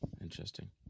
interesting